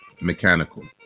mechanical